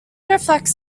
reflects